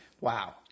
Wow